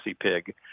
pig